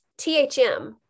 THM